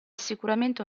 sicuramente